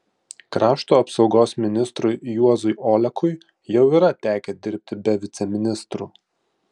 krašto apsaugos ministrui juozui olekui jau yra tekę dirbti be viceministrų